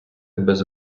без